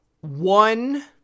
one